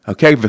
Okay